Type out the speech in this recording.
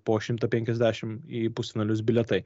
po šimtą penkiasdešim į pusfinalius bilietai